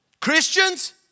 Christians